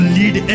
lead